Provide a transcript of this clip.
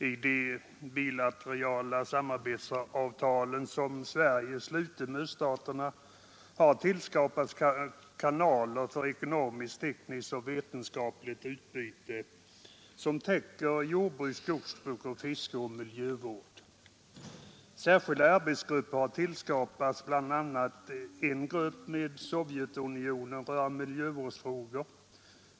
I de bilaterala samarbetsavtalen som Sverige slutit med öststaterna har tillskapats kanaler för ekonomiskt, tekniskt och vetenskapligt utbyte som även täcker jordbruk, skogsbruk, fiske och miljövård. Särskilda arbetsgrupper har tillskapats, bl.a. en grupp tillsammans med Sovjetunionen rörande miljövårdsfrågor.